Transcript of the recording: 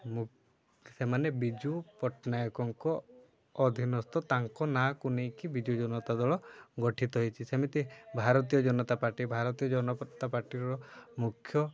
ସେମାନେ ବିଜୁ ପଟ୍ଟନାୟକଙ୍କ ଅଧୀନସ୍ତ ତାଙ୍କ ନାଁକୁ ନେଇକି ବିଜୁ ଜନତା ଦଳ ଗଠିତ ହେଇଛି ସେମିତି ଭାରତୀୟ ଜନତା ପାର୍ଟି ଭାରତୀୟ ଜନପତା ପାର୍ଟିର ମୁଖ୍ୟ